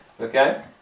Okay